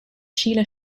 sheila